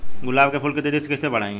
गुलाब के फूल के तेजी से कइसे बढ़ाई?